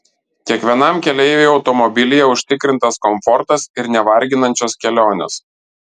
kiekvienam keleiviui automobilyje užtikrintas komfortas ir nevarginančios kelionės